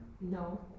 No